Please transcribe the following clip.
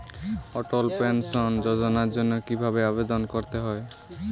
অটল pension যোজনার জন্য কি ভাবে আবেদন করতে হয়?